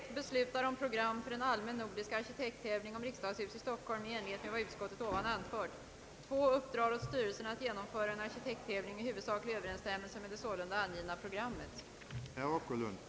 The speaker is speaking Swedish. Enligt vår mening hade det varit önskvärt att även Danmark hade erhållit representation i prisnämnden.»